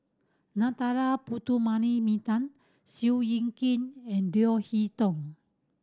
Narana Putumaippittan Seow Kin and Leo Hee Tong